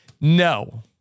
No